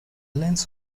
lens